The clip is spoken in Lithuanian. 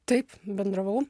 taip bendravau